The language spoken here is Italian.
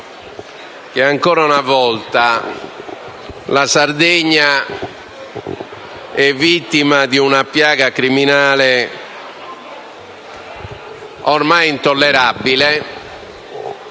che ancora una volta la Sardegna è vittima di una piaga criminale ormai intollerabile,